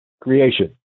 creation